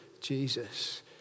Jesus